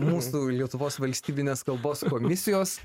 mūsų lietuvos valstybinės kalbos komisijos